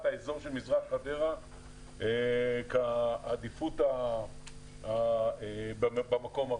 האזור של מזרח חדרה כעדיפות במקום הראשון.